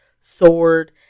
sword